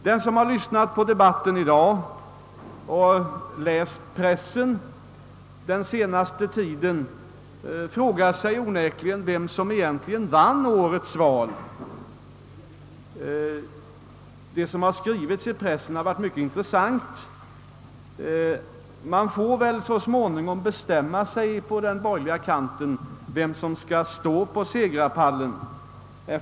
Den som lyssnat på debatten i dag och läst pressen den senaste tiden frågar sig onekligen vem som egentligen vann årets val. Det som skrivits i pressen har varit mycket intressant. Man får väl så småningom bestämma sig på den borgerliga kanten vem som skall stå på segrarpallen.